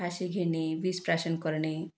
फाशी घेणे विष प्राशन करणे